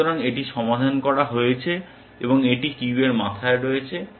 সুতরাং এটি সমাধান করা হয়েছে এবং এটি কিউয়ের মাথায় রয়েছে